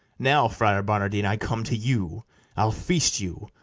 now, friar barnardine, i come to you i'll feast you,